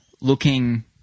looking